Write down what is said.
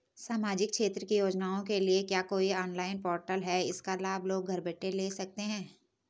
सामाजिक क्षेत्र की योजनाओं के लिए क्या कोई ऑनलाइन पोर्टल है इसका लाभ लोग घर बैठे ले सकते हैं?